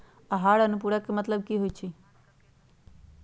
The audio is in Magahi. आहार अनुपूरक के मतलब की होइ छई?